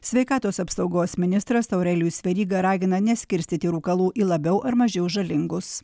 sveikatos apsaugos ministras aurelijus veryga ragina neskirstyti rūkalų į labiau ar mažiau žalingus